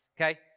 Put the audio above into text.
okay